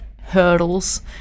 hurdles